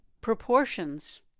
proportions